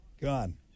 gone